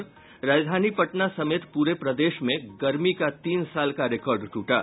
और राजधानी पटना समेत पूरे प्रदेश में गर्मी का तीन साल का रिकार्ड ट्रटा